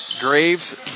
Graves